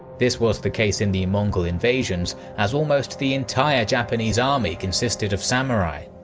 this was the case in the mongol invasions, as almost the entire japanese army consisted of samurai.